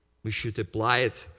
we should apply it.